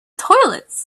toilets